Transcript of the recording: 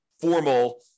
formal